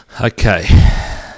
Okay